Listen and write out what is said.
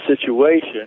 situation